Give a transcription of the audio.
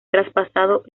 traspasado